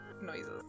noises